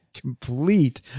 complete